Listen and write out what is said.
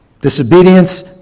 Disobedience